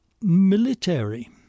military